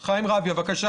בבקשה.